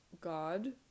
God